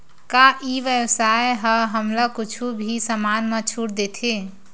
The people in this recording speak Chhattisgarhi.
का ई व्यवसाय ह हमला कुछु भी समान मा छुट देथे?